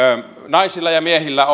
naisilla ja